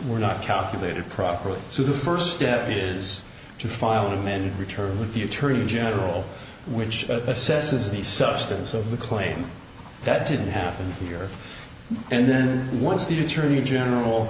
were not calculated properly so the first step is to file an amended return with the attorney general which assesses the substance of the claim that didn't happen here and then once the attorney general